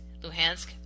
Luhansk